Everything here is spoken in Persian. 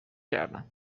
کردن